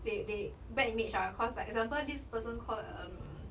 they they bad image ah because like example this person called um